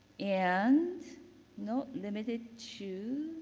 and not limited to